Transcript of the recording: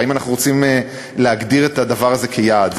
האם אנחנו רוצים להגדיר את הדבר הזה כיעד?